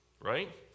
Right